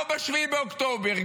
לא ב-7 באוקטובר,